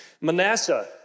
Manasseh